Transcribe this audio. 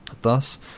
Thus